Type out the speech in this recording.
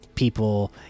people